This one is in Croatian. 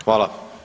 Hvala.